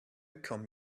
come